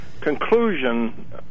conclusion